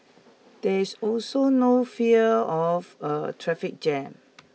there's also no fear of a traffic jam